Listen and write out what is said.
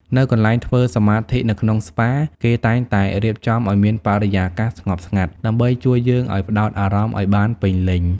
នៅកន្លែងធ្វើសមាធិនៅក្នុងស្ប៉ា គេតែងតែរៀបចំឲ្យមានបរិយាកាសស្ងប់ស្ងាត់ដើម្បីជួយយើងឱ្យផ្តោតអារម្មណ៍ឱ្យបានពេញលេញ។